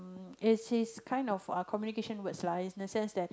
is his kind of uh communication words lah in the sense that